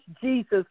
Jesus